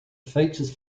features